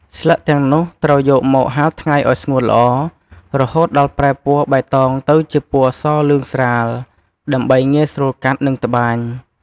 ស្លឹកទាំងនោះត្រូវយកមក ហាលថ្ងៃឲ្យស្ងួតល្អ រហូតដល់ប្រែពណ៌បៃតងទៅជាពណ៌សលឿងស្រាល ដើម្បីងាយស្រួលកាត់ និងត្បាញ។